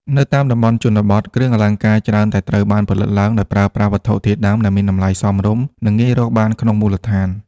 នៅតាមតំបន់ជនបទ គ្រឿងអលង្ការច្រើនតែត្រូវបានផលិតឡើងដោយប្រើប្រាស់វត្ថុធាតុដើមដែលមានតម្លៃសមរម្យ និងងាយរកបានក្នុងមូលដ្ឋាន។